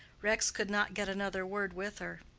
rex could not get another word with her.